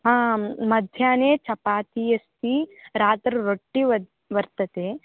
आं मध्याह्ने चपाति अस्ति रात्रौ रोट्टि वत् वर्तते